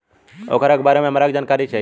ओकरा बारे मे हमरा के जानकारी चाही?